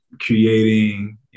creating